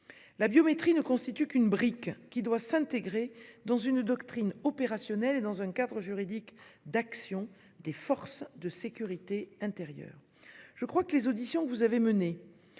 La biométrie ne constitue qu'une brique devant s'intégrer dans une doctrine opérationnelle et dans un cadre juridique d'action des forces de sécurité intérieure. Je crois que les auditions que vous avez menées,